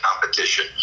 competition